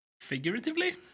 Figuratively